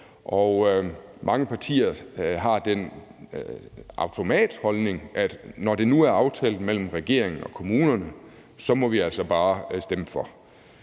mange partier har den automatholdning, at når det nu er aftalt mellem regeringen og kommunerne, så må man altså bare stemme for.